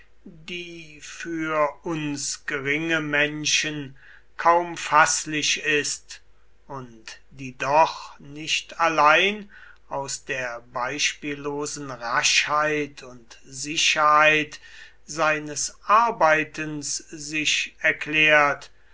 die für uns geringe menschen kaum faßlich ist und die doch nicht allein aus der beispiellosen raschheit und sicherheit seines arbeitens sich erklärt